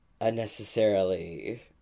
unnecessarily